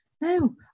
No